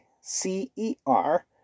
C-E-R